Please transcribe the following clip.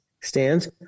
Stands